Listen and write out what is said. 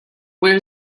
where